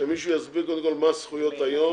שמישהו יסביר מה הזכויות היום,